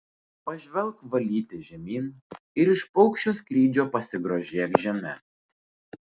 pažvelk valyte žemyn ir iš paukščio skrydžio pasigrožėk žeme